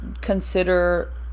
consider